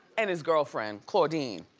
and his girlfriend, claudine,